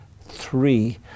three